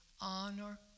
honor